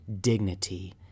dignity